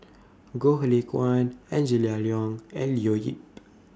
Goh Lay Kuan Angela Liong and Leo Yip